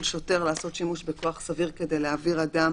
שוטר לעשות שימוש בכוח סביר כדי להעביר אדם